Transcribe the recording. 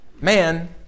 man